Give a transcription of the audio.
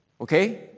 Okay